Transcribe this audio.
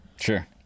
Sure